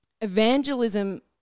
evangelism